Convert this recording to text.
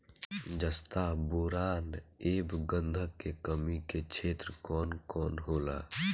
जस्ता बोरान ऐब गंधक के कमी के क्षेत्र कौन कौनहोला?